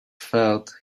felt